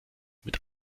mit